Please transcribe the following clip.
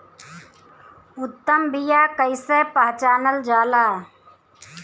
उत्तम बीया कईसे पहचानल जाला?